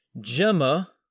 Gemma